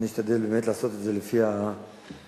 אני אשתדל לעשות את זה לפי הסדר.